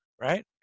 right